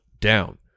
down